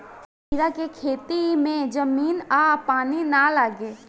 कीड़ा के खेती में जमीन आ पानी ना लागे